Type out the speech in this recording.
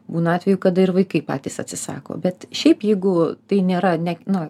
būna atvejų kada ir vaikai patys atsisako bet šiaip jeigu tai nėra net nu